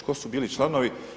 Tko su bili članovi?